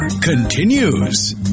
continues